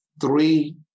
Three